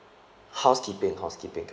housekeeping housekeeping correct